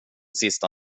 sista